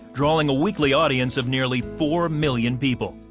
drawing a weekly audience of nearly four million people.